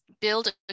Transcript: build